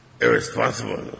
Irresponsible